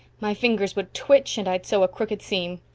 my fingers would twitch and i'd sew a crooked seam.